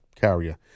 carrier